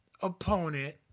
opponent